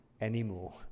anymore